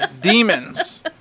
Demons